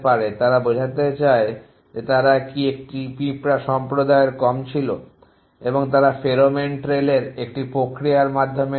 তারা বোঝাতে চায় যে তারা কি পিঁপড়া সম্প্রদায়ের কম ছিল এবং তারা ফেরোমন ট্রেইলের একটি প্রক্রিয়ার মাধ্যমে এটি করে